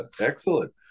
Excellent